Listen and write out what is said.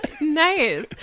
Nice